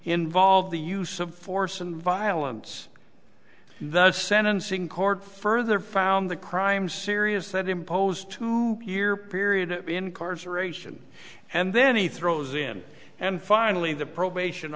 involve the use of force and violence the sentencing court further found the crime serious that imposed two year period incarceration and then he throws in and finally the probation